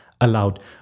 allowed